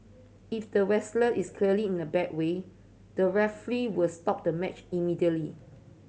if the wrestler is clearly in a bad way the referee were stop the match immediately